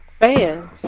Fans